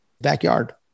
backyard